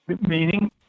Meaning